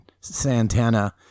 Santana